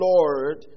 Lord